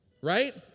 Right